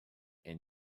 and